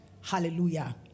hallelujah